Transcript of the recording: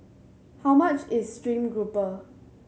how much is stream grouper